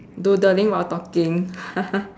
doodling while talking